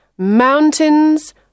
Mountains